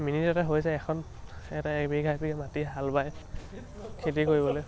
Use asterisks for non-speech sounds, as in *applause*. মিনিটতে হৈ যায় এখন *unintelligible* মাটি হাল বায় খেতি কৰিবলে